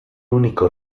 único